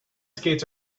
skates